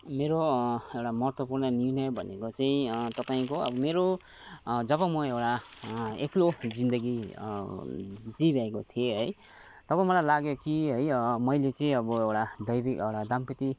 मेरो एउटा महत्त्वपूर्ण निर्णय भनेको चाहिँ तपाईँको मेरो जब म एउटा एक्लो जिन्दगी जिइरहेको थिएँ है तब मलाई लाग्यो कि है मैले चाहिँ अब दैवी एउटा दाम्पत्ति